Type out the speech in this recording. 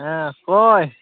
ᱦᱮᱸ ᱚᱠᱚᱭ